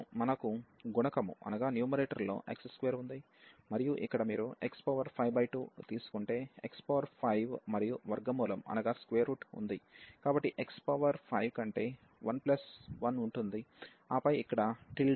మనకు గుణకము లో x2 ఉంది మరియు ఇక్కడ మీరు x52 తీసుకుంటే x5 మరియు వర్గ మూలం ఉంది కాబట్టి x పవర్ 5 కంటే 1 ప్లస్ 1 ఉంటుంది ఆపై ఇక్కడ 1x ఉంటుంది